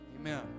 Amen